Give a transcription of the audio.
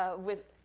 ah with